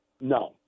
No